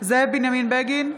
זאב בנימין בגין,